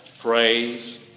praise